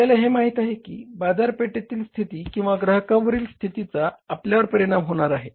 आपल्याला हे माहित आहे की बाजारपेठेतील स्थिती किंवा ग्राहकांवरील स्थितीचा आपल्यावर परिणाम होणार आहे